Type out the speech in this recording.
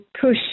push